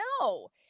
No